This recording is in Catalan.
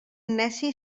neci